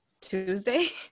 Tuesday